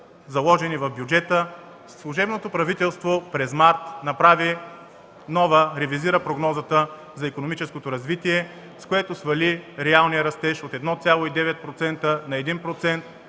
заложени в бюджета. Служебното правителство през месец март ревизира прогнозата за икономическото развитие, с което свали реалния растеж от 1,9% на 1%.